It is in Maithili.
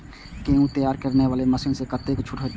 गेहूं तैयारी करे वाला मशीन में कतेक छूट होते?